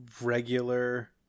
regular